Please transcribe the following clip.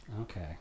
Okay